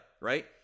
right